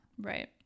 Right